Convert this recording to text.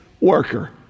worker